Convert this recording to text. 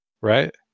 right